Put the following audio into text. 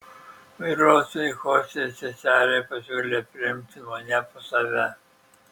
vairuotojui chosė seselė pasiūlė priimti mane pas save